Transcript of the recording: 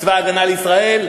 צבא הגנה לישראל?